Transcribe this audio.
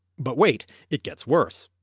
but wait, it gets worse.